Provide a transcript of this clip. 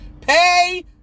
Pay